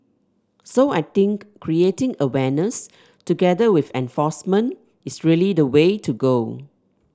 so I think creating awareness together with enforcement is really the way to go